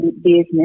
business